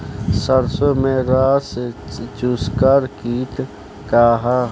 सरसो में रस चुसक किट का ह?